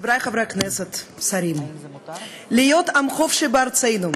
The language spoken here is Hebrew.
חברי חברי הכנסת, שרים "להיות עם חופשי בארצנו".